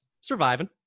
Surviving